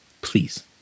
Please